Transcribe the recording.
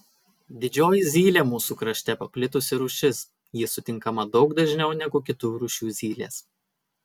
didžioji zylė mūsų krašte paplitusi rūšis ji sutinkama daug dažniau negu kitų rūšių zylės